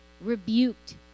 rebuked